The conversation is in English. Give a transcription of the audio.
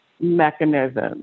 mechanism